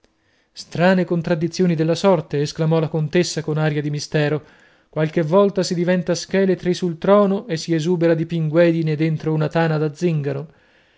strane contraddizioni della sorte esclamò la contessa con aria di mistero qualche volta si diventa scheletri sul trono e si esubera di pinguedine dentro una tana da zingaro